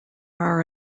are